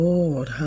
Lord